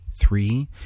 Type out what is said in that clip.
three